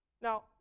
Now